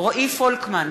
רועי פולקמן,